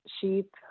sheep